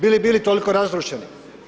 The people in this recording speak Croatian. Bi li bili toliko razrušeni?